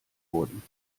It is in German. wurden